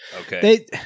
Okay